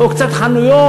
או קצת חנויות,